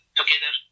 together